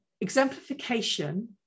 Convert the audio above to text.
exemplification